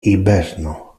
hiberno